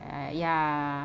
ah ya